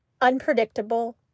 unpredictable